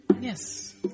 Yes